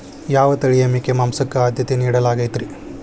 ಯಾವ ತಳಿಯ ಮೇಕೆ ಮಾಂಸಕ್ಕ, ಆದ್ಯತೆ ನೇಡಲಾಗತೈತ್ರಿ?